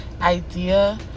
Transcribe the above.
idea